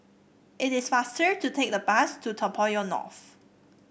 it is faster to take the bus to Toa Payoh North